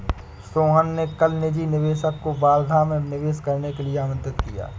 सोहन ने कल निजी निवेशक को वर्धा में निवेश करने के लिए आमंत्रित किया